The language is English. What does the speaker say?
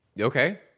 Okay